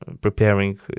preparing